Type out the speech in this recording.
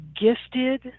gifted